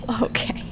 okay